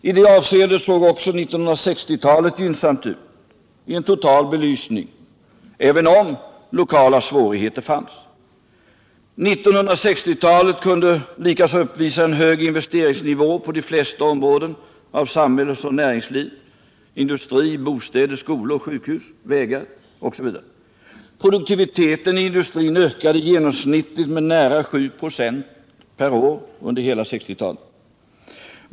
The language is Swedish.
I det avseendet såg också 1960-talet gynnsamt ut, i en total belysning, även om lokala svårigheter fanns. 1960-talet kunde likaså uppvisa en hög investeringsnivå på de flesta områden av samhällsoch näringsliv, industri, bostäder, skolor, sjukhus, vägar osv. Produktiviteten i industrin ökade genomsnittligt med nära 7 96 per år under hela 1960-talet.